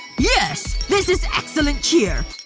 yes. this is excellent cheer.